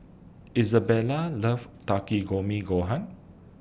Isabela loves Takikomi Gohan